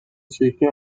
شکلی